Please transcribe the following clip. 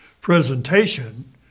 presentation